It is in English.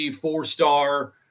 four-star